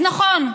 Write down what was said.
אז נכון,